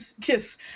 kiss